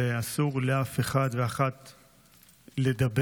ואסור לאף אחד ואחת לדבר,